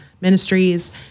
Ministries